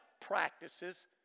practices